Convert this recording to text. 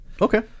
Okay